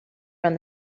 run